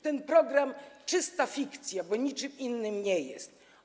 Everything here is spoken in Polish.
Ten program to czysta fikcja, bo niczym innym nie jest.